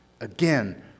Again